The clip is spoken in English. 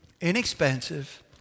inexpensive